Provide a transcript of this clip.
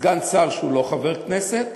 סגן שר שהוא לא חבר כנסת,